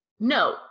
No